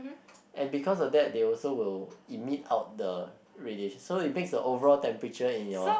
and because of that they also will emit out the radiation so it makes the overall temperature in your